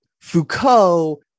Foucault